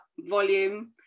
volume